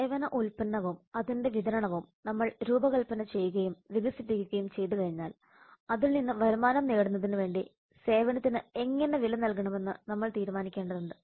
സേവന ഉൽപ്പന്നവും അതിന്റെ വിതരണവും നമ്മൾ രൂപകൽപ്പന ചെയ്യുകയും വികസിപ്പിക്കുകയും ചെയ്തു കഴിഞ്ഞാൽ അതിൽ നിന്ന് വരുമാനം നേടുന്നതിന് വേണ്ടി സേവനത്തിന് എങ്ങനെ വില നൽകണമെന്ന് നമ്മൾ തീരുമാനിക്കേണ്ടതുണ്ട്